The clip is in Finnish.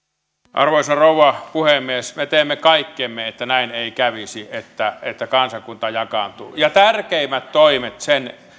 arvoisa rouva puhemies me teemme kaikkemme että näin ei kävisi että että kansakunta jakaantuu tärkein toimi sen